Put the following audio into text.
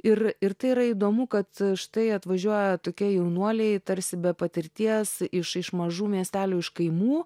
ir ir tai yra įdomu kad štai atvažiuoja tokie jaunuoliai tarsi be patirties iš iš mažų miestelių iš kaimų